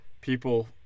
people